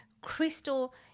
crystal